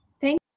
Thank